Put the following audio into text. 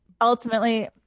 ultimately